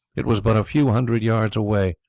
it was but a few hundred yards away.